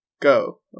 go